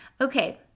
Okay